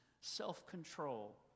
self-control